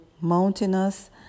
mountainous